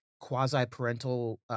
quasi-parental